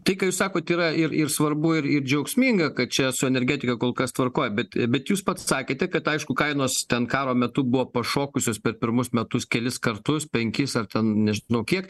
tai ką jūs sakot yra ir ir svarbu ir ir džiaugsminga kad čia su energetika kol kas tvarkoj bet bet jūs pats sakėte kad aišku kainos ten karo metu buvo pašokusios per pirmus metus kelis kartus penkis ar ten nežinau kiek